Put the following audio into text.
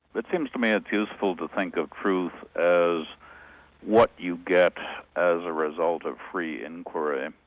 but seems to me it's useful to think of truth as what you get as a result of free inquiry.